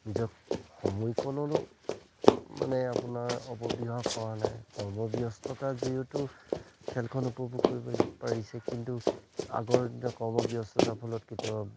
নিজক সময়কণলৈ মানে আপোনাৰ অপব্যৱহাৰ কৰা নাই কৰ্মব্যস্ততাৰ জৰিয়তেও খেলখন উপভোগ কৰিব পাৰিছে কিন্তু আগৰ দিনৰ কৰ্মব্যস্ততাৰ ফলত কেতিয়াবা